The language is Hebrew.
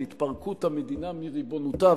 של התפרקות המדינה מריבונותה,